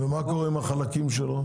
ומה קורה עם החלקים שלו?